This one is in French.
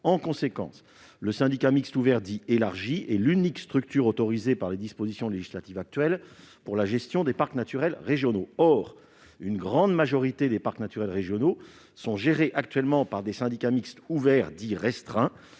En conséquence, le syndicat mixte ouvert dit « élargi » est l'unique structure autorisée par les dispositions législatives actuelles pour la gestion des parcs naturels régionaux. Or une grande majorité d'entre eux sont actuellement gérés par des syndicats mixtes ouverts « restreints